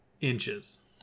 Inches